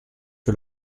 que